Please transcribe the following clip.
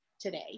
today